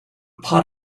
pot